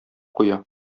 куя